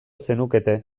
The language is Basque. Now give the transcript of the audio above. zenukete